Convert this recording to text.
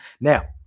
Now